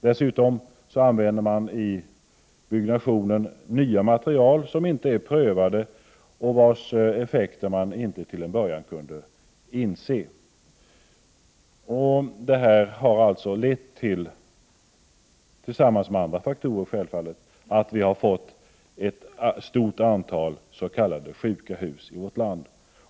Dessutom använder man i byggnationen nya material som inte är prövade och vars effekter man till en början inte kunde förutse. Detta — tillsammans med andra faktorer — har lett till att vi fått ett antal s.k. sjuka hus i vårt land.